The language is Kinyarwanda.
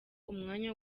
umwanya